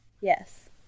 yes